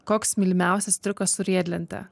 koks mylimiausias triukas su riedlente